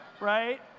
Right